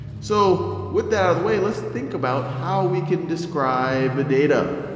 so with that out of the way, let's think about how we can describe data.